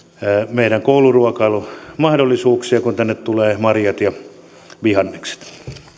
meidän kouluruokailun mahdollisuuksia kun tänne tulevat marjat ja vihannekset